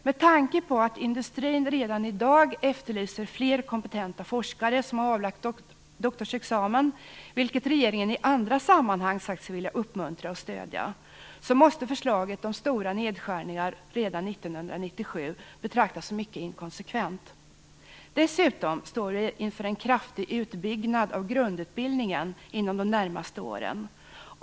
Med tanke på att industrin redan i dag efterlyser fler kompetenta forskare som avlagt doktorsexamen, vilket regeringen i andra sammanhang sagt sig vilja uppmuntra och stödja, måste förslaget om stora nedskärningar redan 1997 betraktas som mycket inkonsekvent. Dessutom står vi ju inför en kraftig utbyggnad av grundutbildningen inom de närmaste åren.